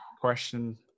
question